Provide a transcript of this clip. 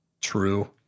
True